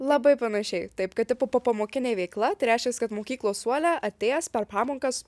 labai panašiai taip kad tipo popamokinė veikla tai reiškias kad mokyklos suole atėjęs per pamokas